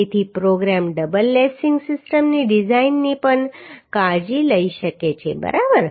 તેથી programme double lacing સિસ્ટમની ડિઝાઇનની પણ કાળજી લઈ શકે છે બરાબર